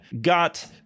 got